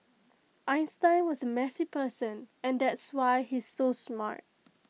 Einstein was A messy person and that's why he's so smart